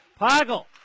Poggle